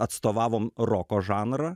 atstovavom roko žanrą